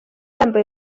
yambaye